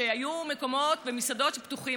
שהיו מקומות עם מסעדות שהיו פתוחות,